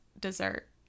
dessert